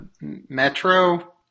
Metro